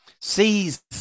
sees